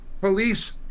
police